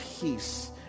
peace